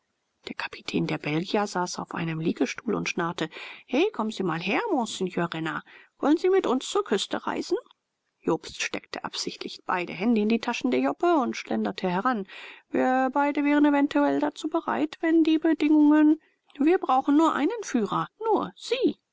der kapitän der belgier saß auf einem liegestuhl und schnarrte he kommen sie mal her monsieur renner wollen sie mit uns zur küste reisen jobst steckte absichtlich beide hände in die taschen der joppe und schlenderte heran wir beide wären eventuell dazu bereit wenn die bedingungen wir brauchen nur einen führer nur sie